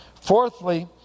Fourthly